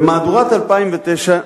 במהדורת 2009,